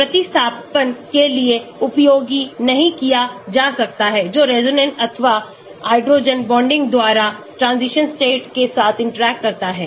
प्रतिस्थापन के लिए उपयोग नहीं किया जा सकता है जो रेजोनेंस अथवा हाइड्रोजन बॉन्डिंग द्वारा transition state के साथ interact करता है